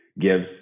gives